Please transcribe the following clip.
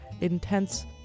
intense